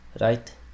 right